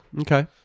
okay